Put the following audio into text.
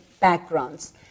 backgrounds